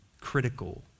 critical